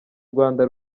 rwanda